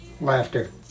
Laughter